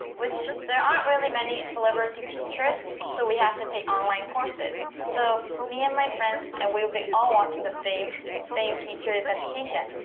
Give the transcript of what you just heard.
which. there aren't really many celebrity teachers, so we have to take online courses. so me and my friends and we'd be all watching the same same teacher's education.